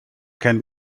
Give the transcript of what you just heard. can